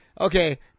Okay